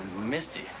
misty